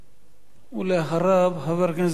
ואחריו, חבר הכנסת זבולון אורלב.